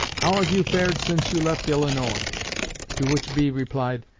how have you fared since you left illinois to which b. replied,